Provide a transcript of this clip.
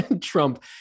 Trump